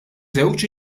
żewġ